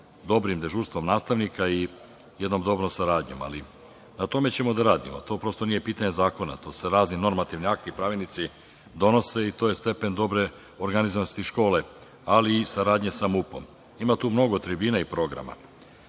dobrim dežurstvom nastavnika i jednom dobrom saradnjom, ali na tome ćemo da radimo. To, prosto, nije pitanje zakona. Tu se razni normativni akti, pravilnici donose i to je stepen dobre organizovanosti škole, ali i saradnje sa MUP. Ima tu mnogo tribina i programa. Oko